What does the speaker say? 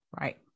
Right